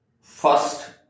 first